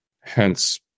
hence